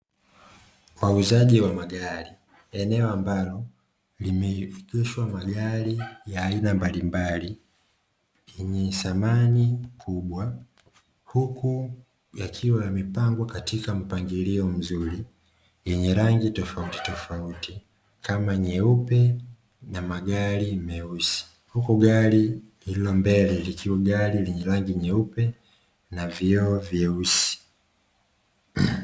Wauzaji wa magari eneo ambalo limeegeshwa magari ya aina mbalimbali yenye thamani kubwa, huku yakiwa yamepangwa katika mpangilio mzuri yenye rangi tofautitofauti, kama nyeupe na magari meusi huku gari lililo mbele likiwa gari yenye rangi nyeupe na vioo vyeusi.